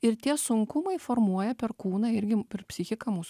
ir tie sunkumai formuoja per kūną irgi m per psichiką mūsų